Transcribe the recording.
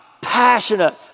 passionate